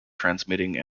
transmitting